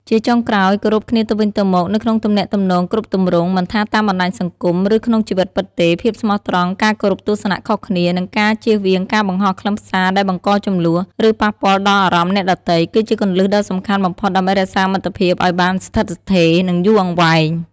ជាចុងក្រោយ គោរពគ្នាទៅវិញទៅមក នៅក្នុងទំនាក់ទំនងគ្រប់ទម្រង់ មិនថាតាមបណ្ដាញសង្គម ឬក្នុងជីវិតពិតទេ ភាពស្មោះត្រង់ ការគោរពទស្សនៈខុសគ្នា និងការជៀសវាងការបង្ហោះខ្លឹមសារដែលបង្កជម្លោះ ឬប៉ះពាល់ដល់អារម្មណ៍អ្នកដទៃ គឺជាគន្លឹះដ៏សំខាន់បំផុតដើម្បីរក្សាមិត្តភាពឱ្យបានស្ថិតស្ថេរ និងយូរអង្វែង។